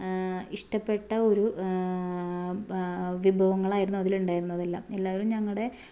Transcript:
ഇഷ്ടപ്പെട്ട ഒരു വിഭവങ്ങളായിരുന്നു അതിൽ ഉണ്ടായിരുന്നതെല്ലാം എല്ലാവരും ഞങ്ങളുടെ